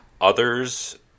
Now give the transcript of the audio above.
others